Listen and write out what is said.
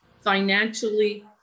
Financially